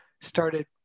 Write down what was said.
started